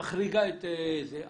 מחריגה את זה.